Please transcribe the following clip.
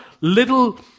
little